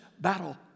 battle